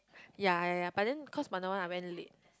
yea yea yea but then cause Wanna One are very lead